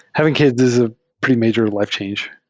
having kids is a pretty major life change.